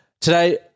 today